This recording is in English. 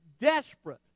desperate